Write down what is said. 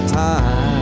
time